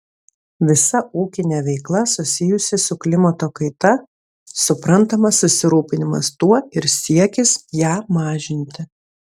visa ūkinė veikla susijusi su klimato kaita suprantamas susirūpinimas tuo ir siekis ją mažinti